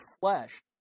flesh